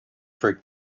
for